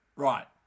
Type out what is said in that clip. right